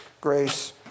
grace